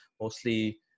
mostly